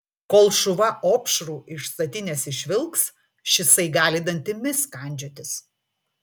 kol šuva opšrų iš statinės išvilks šisai gali dantimis kandžiotis